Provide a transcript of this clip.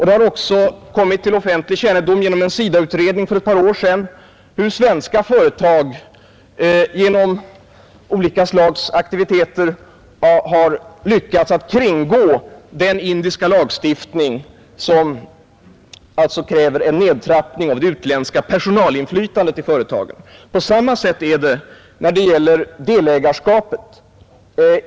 Det har också kommit till offentlig kännedom genom en SIDA-utredning för ett par år sedan att svenska företag genom olika slags aktiviteter har lyckats kringgå den indiska lagstiftning som alltså kräver en nedtrappning av det utländska personalinflytandet i företagen. Det förhåller sig på samma sätt när det gäller delägarskapet.